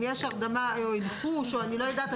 אם יש הרדמה או אלחוש אני לא יודעת,